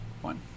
one